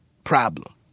Problem